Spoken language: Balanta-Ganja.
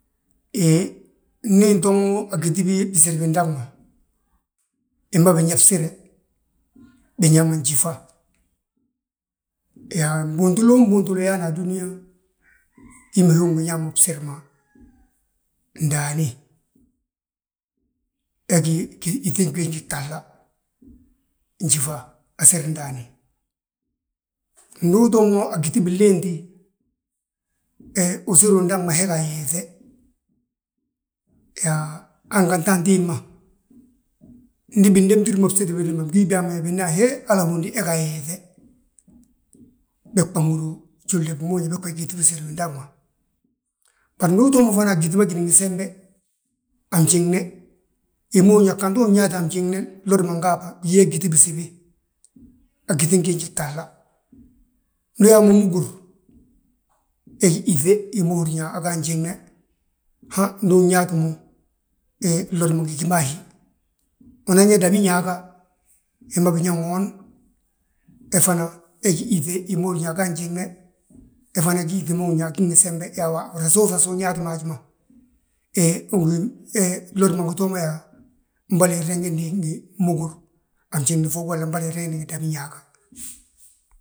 Hee, ndi intoo mo agiti gii gindaŋ ma, bima binyaa bsire, binyaama njífa. Yaa mbuuntulu mbuuntulu yaalim bo a dúniyaa, hi ma hi ugi ñaa mo bsiri ma ndaani. He gí gyíŧin giinji gtahla, njífa asiri ndaani, ndu utoo mo a gyíŧi binléenti, he usiri udaŋ ma he ga ayeŧe. Yaa hanganti antimbi ma, ndi bindémtir mo bsiri billi ma, bingí byaa ye biyaa, he hala ahondi he ga ayeŧe. Bégbà nhúri Júlde bigi ma húrin yaa bégbà gí gyíŧi bisir bindaŋ ma. Bari ndu utoo mo fana a gyíŧi ma gíni ngi sembe, a fnjiŋne, hi ma húrin yaa gantu unyaata a fnjíŋne glodi ma nga a bà, inyaa gyíŧi bisibi a gyíŧin giinji gtahla. ndu uyaa mo múgur, he gí yíŧe hi ma húrin yaa aga a fnjiŋne. Ha ndu unyaat mo, he glodi ma ngi gí mo a hí, anan yaa dabiñaaga, hi ma binyaa ŋoon, he fana he gí yíŧe hima húrin yaa a ga a fnjiŋne, he fana gí yíŧi ma húrin yaa agí ngi sembe. Yaa frasoo frasa unyaanti mo haji ma, he glodi ma ngi too mo yaa, boli ireeŋndi ngi múgur a fnjiŋi fo, fo mbolo ireeŋindi ngi dabiñaaga.